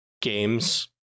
games